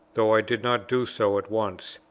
though i did not do so at once.